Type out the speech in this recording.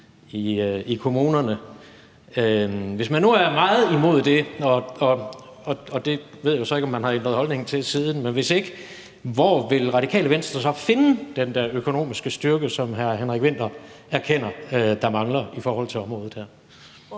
Hvis man nu er meget imod det, og det ved jeg jo så ikke om man har ændret holdning til siden, men hvis man ikke har, hvor vil Radikale Venstre så finde den der økonomiske styrke, som hr. Henrik Vinther erkender mangler i forhold til området her?